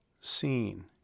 seen